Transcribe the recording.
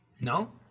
No